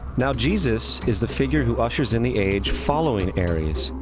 now jesus is the figure who ushers in the age following aries,